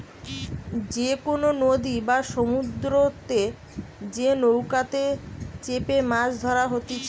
যে কোনো নদী বা সমুদ্রতে যে নৌকাতে চেপেমাছ ধরা হতিছে